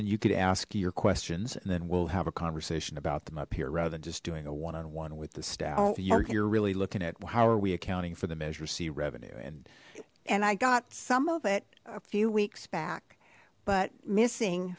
raisin you could ask your questions and then we'll have a conversation about them up here rather than just doing a one on one with the staff you're really looking at how are we accounting for the measure c revenue and and i got some of it a few weeks back but missing